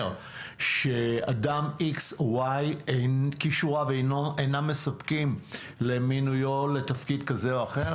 שאדם X Y כישוריו אינם מספקים למינוי תפקיד כזה או אחר,